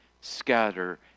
scatter